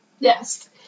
Yes